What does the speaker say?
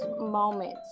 moments